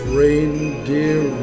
reindeer